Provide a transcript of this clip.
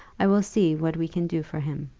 i will see what we can do for him.